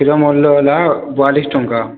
କ୍ଷୀର ମୂଲ୍ୟ ହେଲା ବୟାଲିଶ ଟଙ୍କା